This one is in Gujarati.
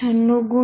96 30